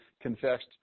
confessed